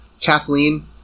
Kathleen